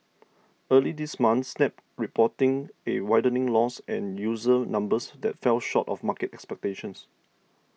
early this month Snap reporting a widening loss and user numbers that fell short of market expectations